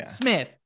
Smith